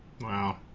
Wow